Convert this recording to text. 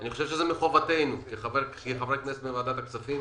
אני חושב שמחובתנו בוועדת הכספים